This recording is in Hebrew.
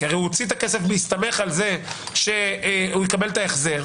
הרי הוא הוציא את הכסף בהסתמך על זה שהוא יקבל את ההחזר.